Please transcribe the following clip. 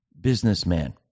businessman